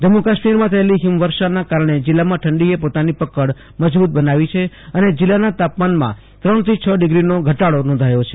જમ્મુ કાશ્મીરમાં થયેલા હિમવર્ષાના કારણે જિલ્લામાં ઠંડીએ પોતાની પકડ મજબુ ત બનાવી છે અને જિલ્લાના તાપમાનમાં ત્રણ થી છ ડિગ્રીનો ઘટાડો નોંધાયો છે